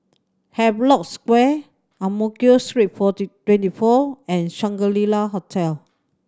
Havelock Square Ang Mo Kio Street forty twenty four and Shangri La Hotel